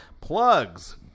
Plugs